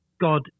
God